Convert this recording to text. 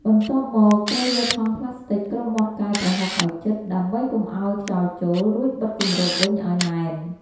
បន្ទាប់មក ត្រូវយកថង់ប្លាស្ទិកគ្របមាត់កែវប្រហុកឱ្យជិតដើម្បីកុំឱ្យខ្យល់ចូល រួចបិទគម្របវិញឱ្យណែន។